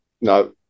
no